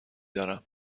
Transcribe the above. دارم